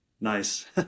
Nice